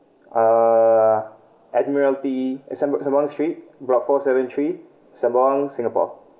uh Admiralty eh sem~ Sembawang street block four seven three Sembawang singapore